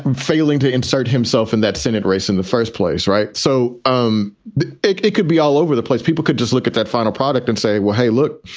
failing to insert himself in that senate race in the first place. right. so um it it could be all over the place. people could just look at that final product and say, well, hey, look,